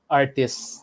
artists